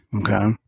Okay